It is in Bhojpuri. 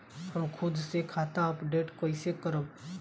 हम खुद से खाता अपडेट कइसे करब?